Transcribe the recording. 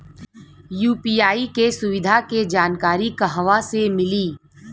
UPI के सुविधा के जानकारी कहवा से मिली?